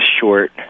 short